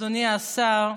אדוני השר,